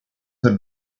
had